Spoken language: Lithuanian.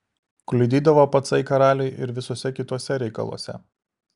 kliudydavo pacai karaliui ir visuose kituose reikaluose